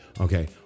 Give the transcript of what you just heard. Okay